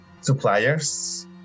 suppliers